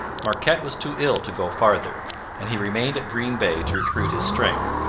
marquette was too ill to go farther and he remained at green bay to recruit his strength,